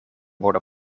wordt